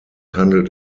handelt